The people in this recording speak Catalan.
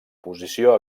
posició